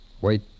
Wait